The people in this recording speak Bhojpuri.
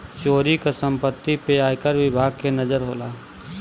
चोरी क सम्पति पे आयकर विभाग के नजर होला